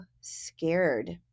scared